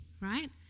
right